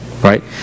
right